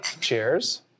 Cheers